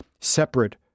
separate